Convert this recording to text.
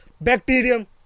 bacterium